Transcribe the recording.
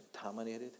contaminated